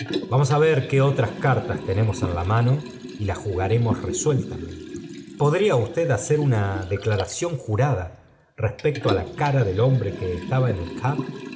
vamos á ver qué otras cartas tenemos en la mano y las jugaremos resueltamente podría usted hacer una declaración jurada respecto á la cara del hombre que estaba